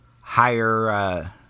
higher –